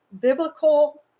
biblical